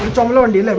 dominant windows